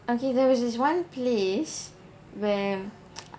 okay there was this one place where